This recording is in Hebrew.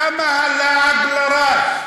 למה הלעג לרש?